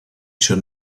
should